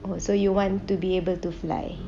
oh so you want to be able to fly